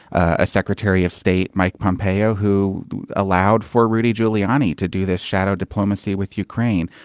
a secretary of state. mike pompeo, who allowed for rudy giuliani to do this shadow diplomacy with ukraine.